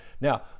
Now